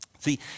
See